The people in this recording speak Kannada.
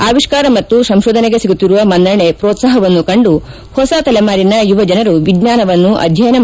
ಆವಿಷ್ಕಾರ ಮತ್ತು ಸಂಶೋಧನೆಗೆ ಸಿಗುತ್ತಿರುವ ಮನ್ನಣೆ ಪೋತ್ಸಾಪವನ್ನು ಕಂಡು ಹೊಸ ತಲೆಮಾರಿನ ಯುವಜನರು ವಿಜ್ಞಾನವನ್ನು ಅಧ್ಯಯನ ಮಾಡುತ್ತಿದ್ದಾರೆ